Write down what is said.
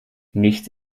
nichts